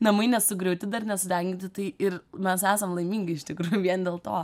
namai nesugriauti dar nesudeginti tai ir mes esam laimingi iš tikrųjų vien dėl to